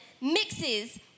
mixes